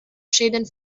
schäden